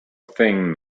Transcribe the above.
thing